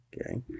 Okay